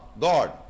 God